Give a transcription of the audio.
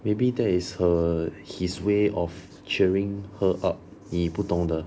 maybe that is her his way of cheering her up 你不懂的